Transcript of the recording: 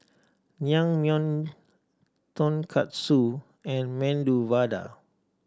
Naengmyeon Tonkatsu and Medu Vada